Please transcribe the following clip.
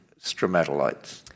stromatolites